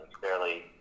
fairly